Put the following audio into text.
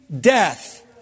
death